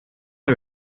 you